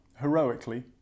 heroically